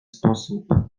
sposób